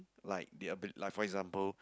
like the abi~ like for example